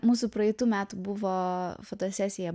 mūsų praeitų metų buvo fotosesija